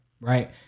Right